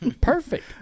Perfect